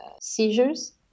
seizures